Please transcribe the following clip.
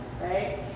right